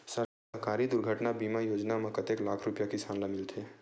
सहकारी दुर्घटना बीमा योजना म कतेक लाख रुपिया किसान ल मिलथे?